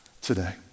today